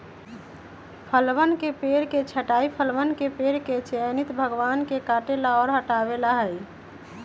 फलवन के पेड़ के छंटाई फलवन के पेड़ के चयनित भागवन के काटे ला और हटावे ला हई